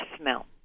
smell